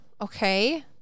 Okay